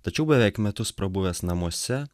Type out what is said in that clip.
tačiau beveik metus prabuvęs namuose